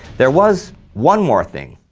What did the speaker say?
there was one more thing,